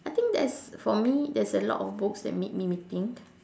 I think that's for me there's a lot of books that made me think